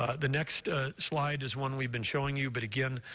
the next slight is one we've been showing you but, again,